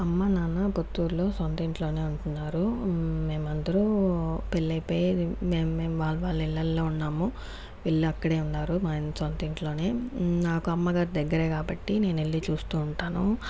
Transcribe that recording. అమ్మ నాన్న పుత్తూరులో సొంతింట్లోనే ఉంటున్నారు మేమందరం పెళ్లైపోయి మెమ్ మెమ్ వాళ్ళ వాళ్ళ ఇళ్లల్లో ఉన్నాము వీళ్ళు అక్కడే ఉన్నారు మా సొంతింట్లోనే నాకు అమ్మగారు దగ్గరే కాబట్టి నేనెళ్లి చూస్తూ ఉంటాను